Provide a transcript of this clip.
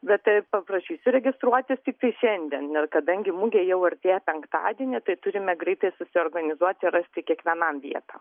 bet tai paprašysiu registruotis tiktai šiandien kadangi mugė jau artėja penktadienį tai turime greitai susiorganizuoti rasti kiekvienam vietą